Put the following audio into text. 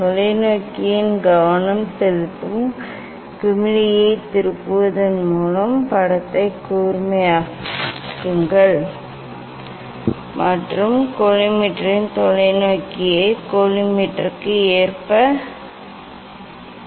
தொலைநோக்கியின் கவனம் செலுத்தும் குமிழியைத் திருப்புவதன் மூலம் படத்தை கூர்மையாக்குங்கள் மற்றும் கோலிமேட்டரின் தொலைநோக்கியை கோலிமேட்டருக்கு ஏற்ப வைக்கவும்